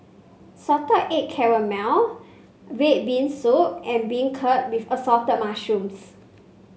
Salted Egg red bean soup and beancurd with Assorted Mushrooms